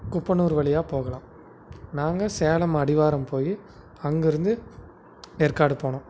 குப்பனூர் வழியாக போகலாம் நாங்கள் சேலம் அடிவாரம் போய் அங்கிருந்து ஏற்காடு போனோம்